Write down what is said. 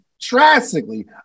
drastically